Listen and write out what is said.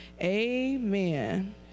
Amen